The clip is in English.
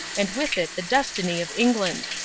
and with it the destiny of england.